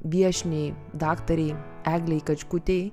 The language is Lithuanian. viešniai daktarei eglei kačkutei